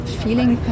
feeling